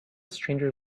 stranger